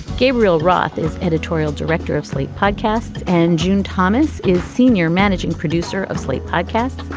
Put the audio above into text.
gabriel roth is editorial director of slate podcast and june thomas is senior managing producer of slate podcasts.